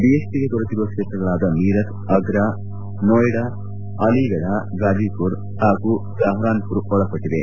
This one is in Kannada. ಬಿಎಸ್ಪಿಗೆ ದೊರೆತಿರುವ ಕ್ಷೇತ್ರಗಳಲ್ಲಿ ಮೀರತ್ ಅಗ್ರಾ ನೊಯ್ಡಾ ಅಲಿಗಢ ಗಾಜಿಪುರ್ ಹಾಗೂ ಸಹರಾನ್ಪುರ್ ಒಳಗೊಂಡಿವೆ